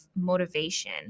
motivation